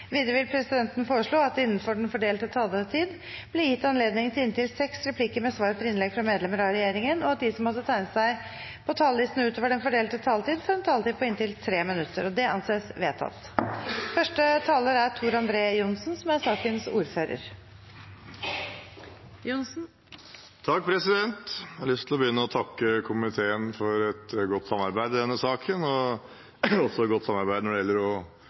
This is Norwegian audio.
Videre vil presidenten foreslå at det – innenfor den fordelte taletid – blir gitt anledning til inntil seks replikker med svar etter innlegg fra medlemmer av regjeringen, og at de som måtte tegne seg på talerlisten utover den fordelte taletid, får en taletid på inntil 3 minutter. – Det anses vedtatt. Jeg har lyst til å begynne med å takke komiteen for et godt samarbeid i denne saken, også når det gjelder